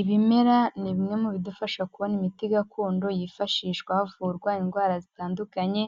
Ibimera ni bimwe mu bidufasha kubona imiti gakondo yifashishwa havurwa indwara zitandukanye.